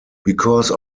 because